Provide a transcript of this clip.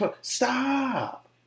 stop